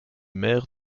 mère